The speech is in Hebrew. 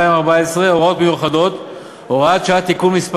2014 (הוראות מיוחדות) (הוראת שעה) (תיקון מס'